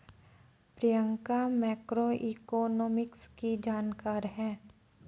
Priyanka macroeconomics की जानकार है